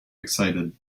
excited